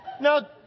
Now